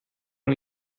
mal